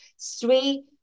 three